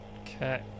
Okay